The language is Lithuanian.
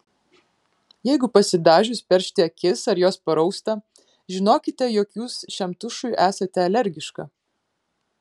jeigu pasidažius peršti akis ar jos parausta žinokite jog jūs šiam tušui esate alergiška